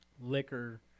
liquor